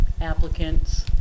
applicants